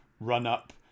run-up